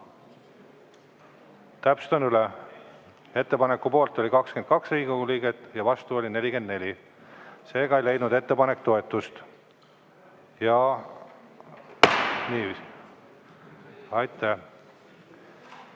Täpsustan üle: ettepaneku poolt oli 22 Riigikogu liiget ja vastu oli 44. Seega ei leidnud ettepanek toetust. Aitäh!